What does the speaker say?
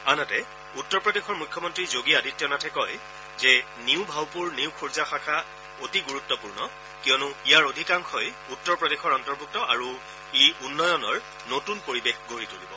আনহাতে উত্তৰ প্ৰদেশৰ মুখ্যমন্ত্ৰী যোগী আদিত্য নাথে কয় যে নিউ ভাউপুৰ নিউ খুৰজা শাখা অতি গুৰুত্বপূৰ্ণ কিয়নো ইয়াৰ অধিকাংশই উত্তৰ প্ৰদেশৰ অন্তৰ্ভুক্ত আৰু ই উন্নয়নৰ নতুন পৰিৱেশ গঢ়ি তুলিব